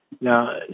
Now